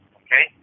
okay